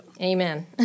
Amen